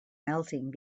melting